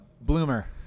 Bloomer